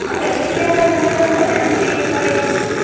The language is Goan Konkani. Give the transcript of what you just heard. हां फेसिलीटी आसा जाल्यार बरें जालें आमी पे करपाक रेडी आसा